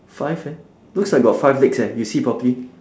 five eh looks like got five legs eh you see properly